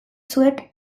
zuek